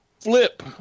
Flip